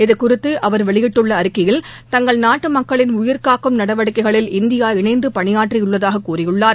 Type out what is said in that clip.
இது குறித்து அவர் வெளியிட்டுள்ள அறிக்கையில் தங்கள் நாட்டு மக்களின் உயிர்க்காக்கும் நடவடிக்கைகளில் இந்தியா இணைந்து பணியாற்றியுள்ளதாக கூறியுள்ளார்